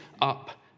up